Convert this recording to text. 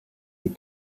des